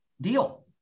deal